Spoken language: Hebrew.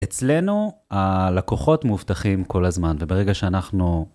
אצלנו הלקוחות מובטחים כל הזמן, וברגע שאנחנו